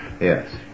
Yes